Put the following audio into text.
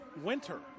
winter